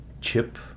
chip